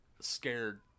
scared